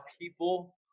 people